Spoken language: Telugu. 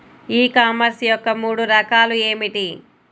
ఈ కామర్స్ యొక్క మూడు రకాలు ఏమిటి?